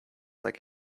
like